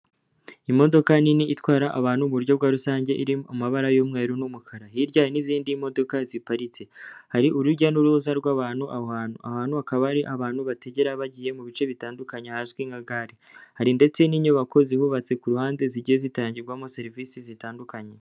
Imodoka nini itwara abantu mu buryo bwa rusange iri mu mabara y'umweru n'umukara, hirya hari n'izindi modoka ziparitse, hari urujya n'uruza rw'abantu aho hantu, aho hantu akaba ariho abantu bategera bagiye mu bice bitandukanye hazwi nka gare hari ndetse n'inyubako zuhubatse ku ruhande zigiye zitangirwamo serivise zitandukanye.